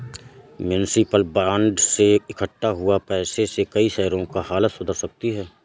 municipal bond से इक्कठा हुए पैसों से कई शहरों की हालत सुधर सकती है